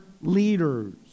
leaders